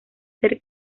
ser